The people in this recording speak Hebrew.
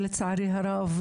לצערי הרב,